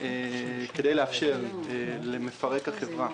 כדי לאפשר למפרק החברה,